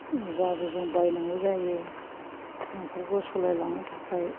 अब्लाबो जोङो बायनांगौ जायो न'खरखौ सालायलांनो थाखाय